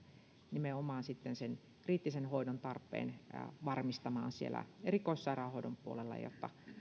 nimenomaan sen kriittisen hoidon tarpeeseen vastaamisen varmistamaan erikoissairaanhoidon puolella ja